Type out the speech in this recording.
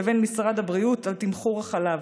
לבין משרד הבריאות על תמחור החלב.